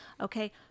Okay